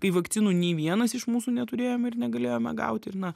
kai vakcinų nei vienas iš mūsų neturėjome ir negalėjome gauti ir na